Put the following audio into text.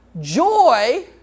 Joy